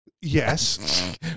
Yes